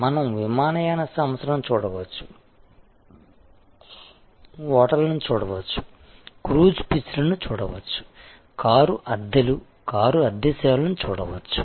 మనం విమానయాన సంస్థలను చూడవచ్చు హోటళ్ళను చూడవచ్చు క్రూజ్ షిప్లను చూడవచ్చు కారు అద్దెలు కారు అద్దె సేవలను చూడవచ్చు